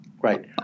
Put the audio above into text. right